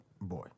Boy